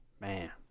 Man